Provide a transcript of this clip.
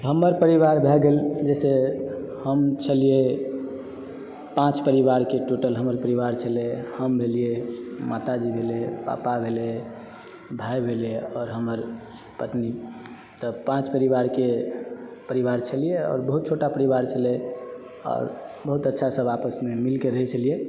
हमर परिवार भए गेल जैसे हम छलियै पाँच परिवारके टोटल हमर परिवार छलै हम भेलियै माता जी भेलै पापा भेलै भाय भेलै आओर हमर पत्नी तब पाँच परिवारके परिवार छलियै आओर बहुत छोटा परिवार छलै आओर बहुत अच्छासँ आपसमे मिलिके रहै छलियै